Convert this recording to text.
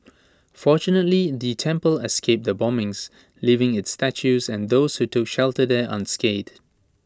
fortunately the temple escaped the bombings leaving its statues and those who took shelter there unscathed